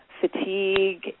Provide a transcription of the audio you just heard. fatigue